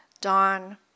Dawn